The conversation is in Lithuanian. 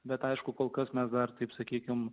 bet aišku kol kas mes dar taip sakykime